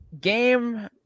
game